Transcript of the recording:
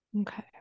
Okay